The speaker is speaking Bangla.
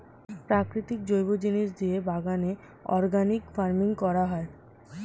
প্রাকৃতিক জৈব জিনিস দিয়ে বাগানে অর্গানিক ফার্মিং করা হয়